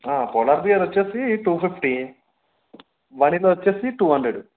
polar Bear వచ్చి two fifty vanilla వచ్చి two hundred